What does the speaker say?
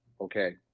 okay